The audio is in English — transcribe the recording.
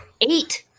eight